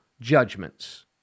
judgments